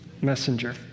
messenger